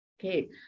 Okay